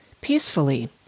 peacefully